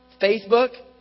Facebook